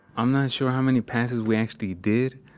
i'm not sure how many passes we actually did,